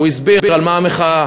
והוא הסביר על מה המחאה,